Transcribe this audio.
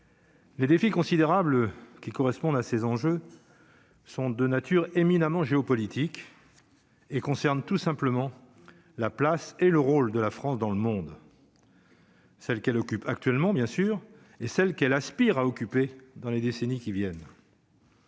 Les défis considérables qui correspondent à ces enjeux sont de nature éminemment géopolitique. Et concerne tout simplement la place et le rôle de la France dans le monde. Celle qu'elle occupe actuellement, bien sûr, et celle qu'elle Aspire à occuper dans les décennies qui viennent.